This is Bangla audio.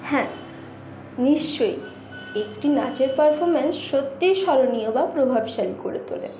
হ্যাঁ নিশ্চয়ই একটি নাচের পারফর্মেন্স সত্যিই স্মরণীয় বা প্রভাবশালী করে তোলে